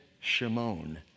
Shimon